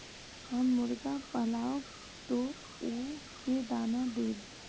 हम मुर्गा पालव तो उ के दाना देव?